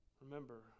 Remember